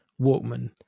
walkman